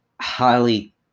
highly